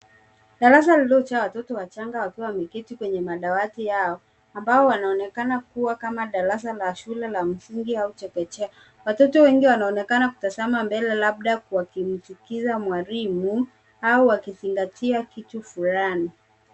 Darasa lilo jaa watoto wachanga wakiwa wameketi kwenye madawati yao, ambao wanaonekana kuwa kama darasa la shule la msingi au chekechee. Watoto wengi wanaonekana kutazama mbele labda wakimsikiliza mwalimu au wakizingatia kitu fulani.